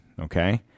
Okay